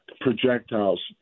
projectiles